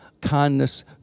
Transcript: kindness